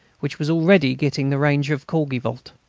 which was already getting the range of courgivault.